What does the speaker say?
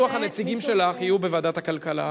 הרי בטוח הנציגים שלך יהיו בוועדת הכלכלה.